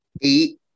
Eight